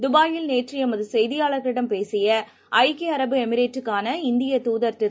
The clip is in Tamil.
துபாயில் நேற்றுஎமதுசெய்தியாளர்களிடம் பேசியஐக்கிய அரபு எமிரேட்டுக்கான இந்திய துதர் திரு